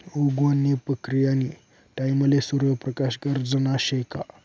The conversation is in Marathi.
उगवण नी प्रक्रीयानी टाईमले सूर्य प्रकाश गरजना शे का